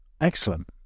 Excellent